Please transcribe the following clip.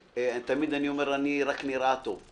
תמיד אני אומר: אני רק נראה טוב,